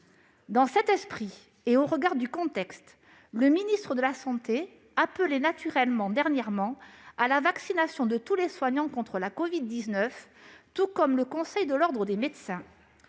Dans cet esprit et au regard du contexte, le ministre des solidarités et de la santé appelait dernièrement à la vaccination de tous les soignants contre la covid-19, tout comme le Conseil de l'ordre des médecins.